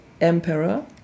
Emperor